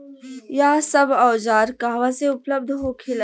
यह सब औजार कहवा से उपलब्ध होखेला?